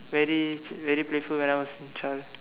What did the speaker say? very very playful when I was a child